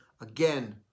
Again